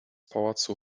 pałacu